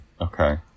Okay